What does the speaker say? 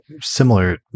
similar